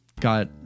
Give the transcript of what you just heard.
got